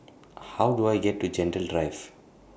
How Do I get to Gentle Drive